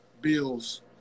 Bill's